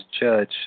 judge